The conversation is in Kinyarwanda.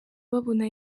babona